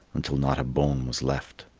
until not a bone was left.